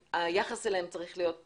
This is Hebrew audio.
והיחס אליהם צריך להיות כזה.